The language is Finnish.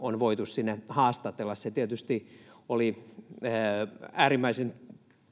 on voitu sinne haastatella. Se tietysti oli äärimmäisen